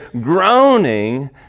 groaning